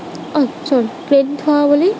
অহ চ'ৰি ক্ৰেডিট হোৱা বুলি